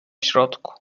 środku